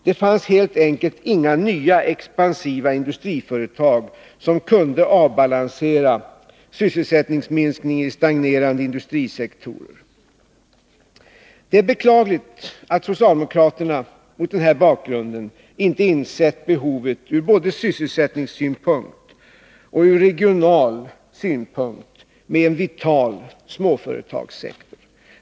Det fanns helt enkelt inga nya expansiva industriföretag som kunde avbalansera sysselsättningsminskningen i stagnerande industrisektorer. Det är beklagligt att socialdemokraterna mot den här bakgrunden inte insett behovet — både ur sysselsättningssynpunkt och ur regional synpunkt — av en vital småföretagssektor.